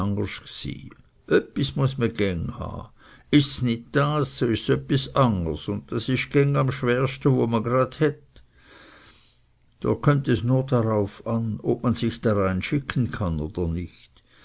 ists öppis angers und das ist geng am schwersten wo me grad het da kömmt es nur darauf an ob man sich darein schicken kann oder nicht